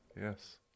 Yes